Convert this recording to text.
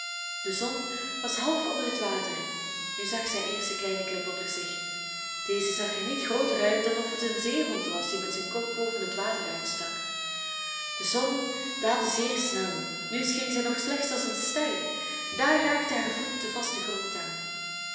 de zon was half onder het water nu zag zij eerst de kleine klip onder zich deze zag er niet grooter uit dan of het een zeehond was die met zijn kop boven het water uitstak de zon daalde zeer snel nu scheen zij nog slechts als een ster daar raakte haar voet den vasten grond aan